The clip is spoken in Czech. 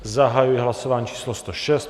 Zahajuji hlasování číslo 106.